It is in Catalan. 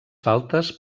faltes